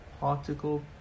particle